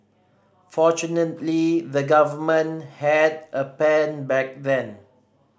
fortunately the government had a plan back then